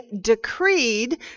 decreed